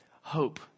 hope